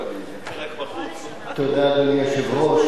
אדוני היושב-ראש,